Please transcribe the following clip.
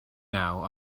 now